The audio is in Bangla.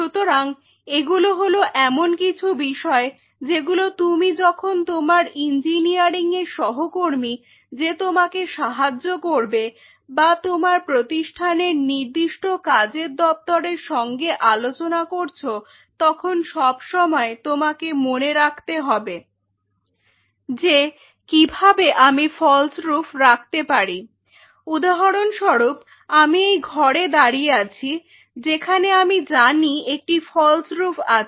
সুতরাং এগুলো হলো এমন কিছু বিষয় যেগুলো তুমি যখন তোমার ইঞ্জিনিয়ারিং এর সহকর্মী যে তোমাকে সাহায্য করবে বা তোমার প্রতিষ্ঠানের নির্দিষ্ট কাজের দপ্তরের সঙ্গে আলোচনা করছ তখন সবসময় তোমাকে মনে রাখতে হবে যে কিভাবে আমি ফল্স্ রুফ রাখতে পারি। উদাহরণ স্বরূপ আমি এই ঘরে দাঁড়িয়ে আছি যেখানে আমি জানি একটি ফল্স্ রুফ আছে